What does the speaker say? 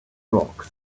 rocks